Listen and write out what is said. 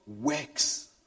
works